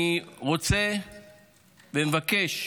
אני רוצה ומבקש